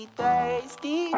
thirsty